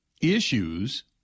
issues